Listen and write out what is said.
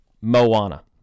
Moana